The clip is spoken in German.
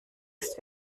ist